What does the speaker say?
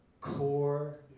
core